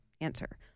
answer